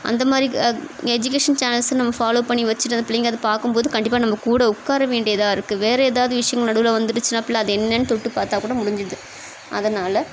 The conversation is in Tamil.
அந்த மாதிரி எஜிகேஷன் சேனல்ஸ் நம்ம ஃபாலோ பண்ணி வச்சுட்டு அந்த பிள்ளைங்களை அதை பார்க்கும்போது கண்டிப்பாக நம்ம கூட உட்காற வேண்டியதாக இருக்குது வேற ஏதாவது விஷயங்கள் நடுவில் வந்துடுச்சின்னா பிள்ளை அதை என்னென்னு தொட்டு பார்த்தா கூட முடிஞ்சுது அதனால்